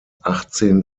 achtzehn